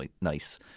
nice